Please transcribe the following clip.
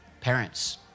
parents